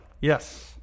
Yes